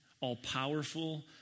all-powerful